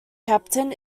captain